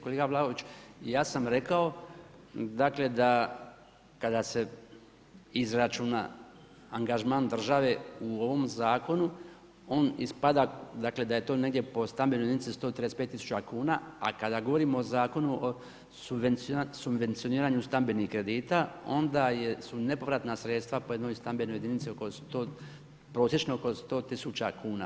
Kolega Vlaović, ja sam rekao da kada se izračuna angažman države u ovom Zakonu, on ispada dakle, da je to negdje po stambenoj jedinici 135 tisuća kuna, a kada govorimo o Zakonu o subvencioniranju stambenih kredita onda su nepovratna sredstva po jednoj stambenoj jedinici prosječno oko 100 tisuća kuna.